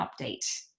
update